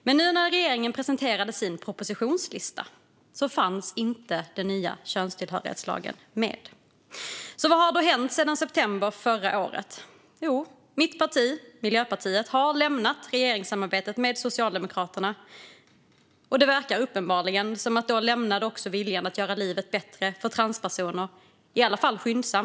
Men när regeringen nu presenterade sin propositionslista fanns inte den nya könstillhörighetslagen med. Vad har då hänt sedan september förra året? Mitt parti, Miljöpartiet, har lämnat regeringssamarbetet med Socialdemokraterna. Uppenbarligen försvann då också viljan att göra livet bättre för transpersoner - i alla fall skyndsamt.